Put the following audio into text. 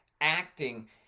acting